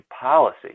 policy